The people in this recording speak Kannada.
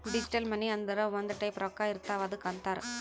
ಡಿಜಿಟಲ್ ಮನಿ ಅಂದುರ್ ಒಂದ್ ಟೈಪ್ ರೊಕ್ಕಾ ಇರ್ತಾವ್ ಅದ್ದುಕ್ ಅಂತಾರ್